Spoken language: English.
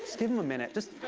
give him a minute. just.